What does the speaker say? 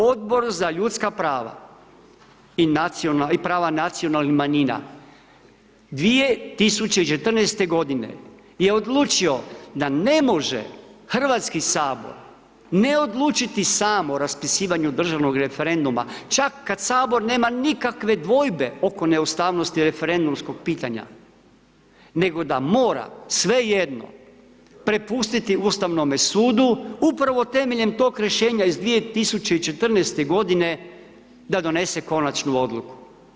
Odbor za ljudska prava i prava nacionalnih manjina 2014. godine je odlučio da ne može Hrvatski sabor ne odlučiti sam o raspisivanju državnog referenduma čak kad sabor nema nikakve dvojbe oko neustavnosti referendumskog pitanja, nego da mora svejedno prepustiti Ustavnome sudu upravo temeljem tog rješenja iz 2014. godine da donese konačnu odluku.